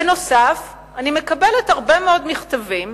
בנוסף, אני מקבלת הרבה מאוד מכתבים